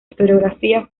historiografía